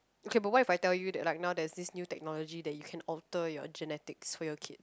okay but what if I tell that like now there's new technology that you can alter your genetics for your kid